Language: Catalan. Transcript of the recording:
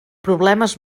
problemes